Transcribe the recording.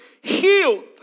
healed